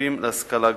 נוספים להשכלה גבוהה.